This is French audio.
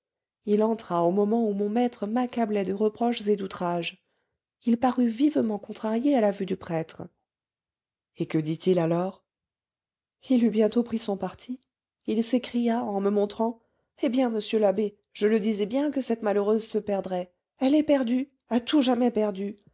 il entra au moment où mon maître m'accablait de reproches et d'outrages il parut vivement contrarié à la vue du prêtre et que dit-il alors il eut bientôt pris son parti il s'écria en me montrant eh bien monsieur l'abbé je le disais bien que cette malheureuse se perdrait elle est perdue à tout jamais perdue